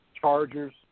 Chargers